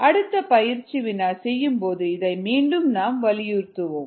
அடுத்த பயிற்சி வினா செய்யும்போது இதை மீண்டும் நாம் வலியுறுத்துவோம்